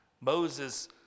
Moses